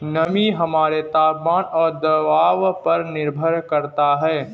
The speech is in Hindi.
नमी हमारे तापमान और दबाव पर निर्भर करता है